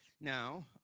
Now